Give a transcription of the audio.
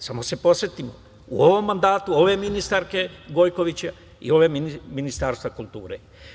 Samo da se podsetimo, u ovom mandatu, ove ministarke Gojković i ovog Ministarstva kulture.